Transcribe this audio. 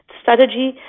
strategy